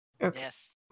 Yes